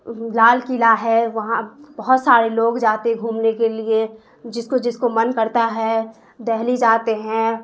لال قلعہ ہے وہاں بہت سارے لوگ جاتے گھومنے کے لیے جس کو جس کو من کرتا ہے دہلی جاتے ہیں